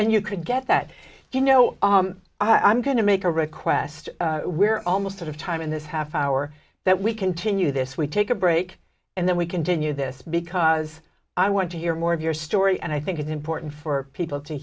and you could get that you know i'm going to make a request we're almost out of time in this half hour that we continue this we take a break and then we continue this because i want to hear more of your story and i think it's important for people to